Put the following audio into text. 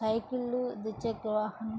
సైకిళ్ళు ద్విచక్ర వాహనం